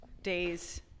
days